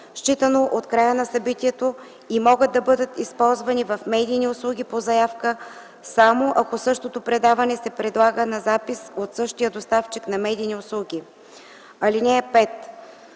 считано от края на събитието, и могат да бъдат използвани в медийни услуги по заявка само, ако същото предаване се предлага на запис от същия доставчик на медийни услуги. (5)